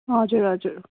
हजुर हजुर